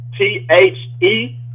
T-H-E